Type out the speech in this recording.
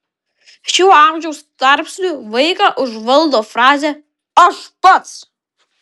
šiuo amžiaus tarpsniu vaiką užvaldo frazė aš pats